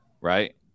Right